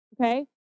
okay